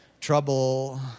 trouble